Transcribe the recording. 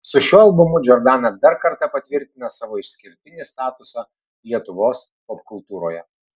su šiuo albumu džordana dar kartą patvirtina savo išskirtinį statusą lietuvos popkultūroje